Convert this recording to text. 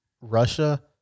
Russia